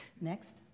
Next